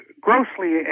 grossly